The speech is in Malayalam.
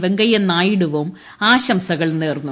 വെങ്കയ്യനായിഡുവും ആശംസകൾ നേർന്നു